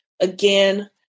Again